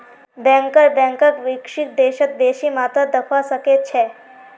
banker बैंकक विकसित देशत बेसी मात्रात देखवा सके छै